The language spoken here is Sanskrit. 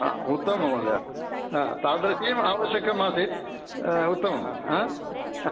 हा उत्तमं महोदय तादृशीं आवश्यकम् आसीत् हा उत्तमम्